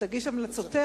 שתגיש את המלצותיה,